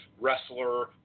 wrestler